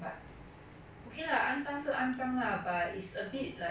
got the feels lor quite nice